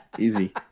easy